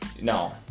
No